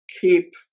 keep